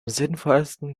sinnvollsten